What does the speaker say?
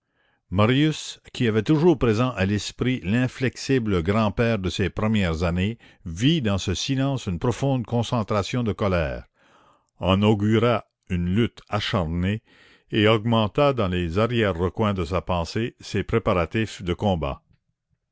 marius qui avait toujours présent à l'esprit l'inflexible grand-père de ses premières années vit dans ce silence une profonde concentration de colère en augura une lutte acharnée et augmenta dans les arrière recoins de sa pensée ses préparatifs de combat